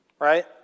right